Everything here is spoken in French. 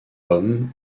hommes